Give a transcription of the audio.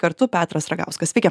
kartu petras ragauskas sveiki